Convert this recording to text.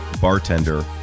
bartender